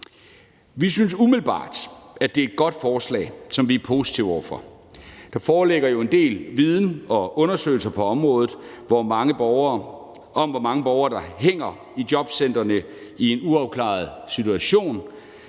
Vi synes umiddelbart, at det er et godt forslag, som vi er positive over for. Der foreligger jo en del viden og undersøgelser på området om, hvor mange borgere der hænger i jobcentrene i en uafklaret situation.